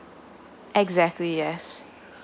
exactly yes